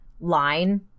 line